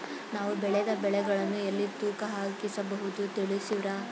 ನಾವು ಬೆಳೆದ ಬೆಳೆಗಳನ್ನು ಎಲ್ಲಿ ತೂಕ ಹಾಕಿಸಬೇಕು ತಿಳಿಸುವಿರಾ?